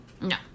No